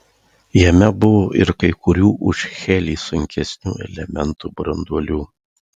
jame buvo ir kai kurių už helį sunkesnių elementų branduolių